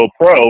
pro